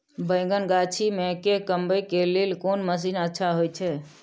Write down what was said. बैंगन गाछी में के कमबै के लेल कोन मसीन अच्छा होय छै?